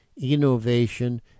innovation